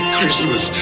Christmas